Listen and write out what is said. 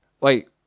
Wait